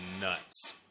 nuts